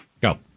Go